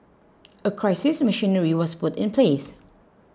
a crisis machinery was put in place